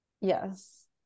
Yes